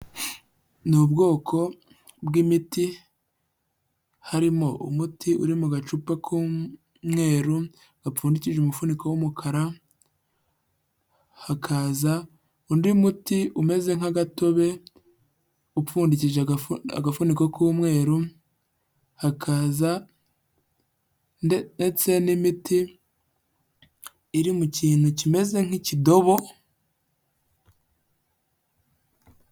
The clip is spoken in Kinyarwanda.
Ni ubwoko bw'imiti harimo umuti uri mu gacupa k'umweru gapfunditi umufunika w'umukara, hakaza undi muti umeze nk'agatobe upfundikije agafuniko k'umweru, hakaza ndetse n'imiti iri mu kintu kimeze nk'ikidobo...